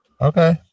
Okay